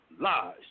lies